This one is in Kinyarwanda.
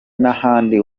n’ahandi